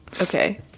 okay